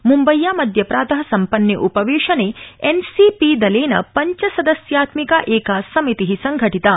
मुम्बय्यां अद्य प्रात सम्पन्ने उपवेशने एन्सीपी दलेन पंचसदस्यात्मिका एका समिति संघटिता